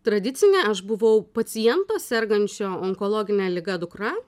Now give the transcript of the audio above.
tradicinė aš buvau paciento sergančio onkologine liga dukra